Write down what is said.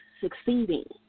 succeeding